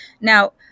Now